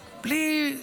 בלי,